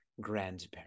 grandparents